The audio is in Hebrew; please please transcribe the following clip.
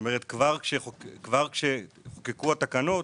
כשהותקנו התקנות